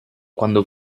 quando